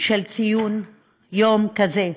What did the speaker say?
של ציון יום כזה,